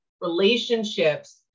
relationships